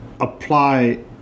apply